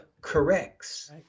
corrects